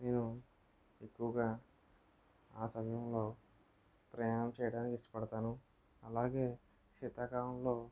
నేను ఎక్కువుగా ఆ సమయంలో ప్రయాణాలు చేయడానికి ఇష్టపడతాను అలాగే శీతాకాలంలో